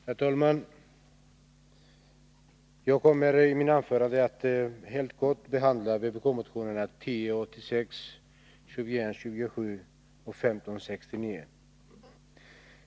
Herr talman! Jag kommer i mitt anförande att helt kort behandla vpk-motionerna 1086, 2127 och 1569.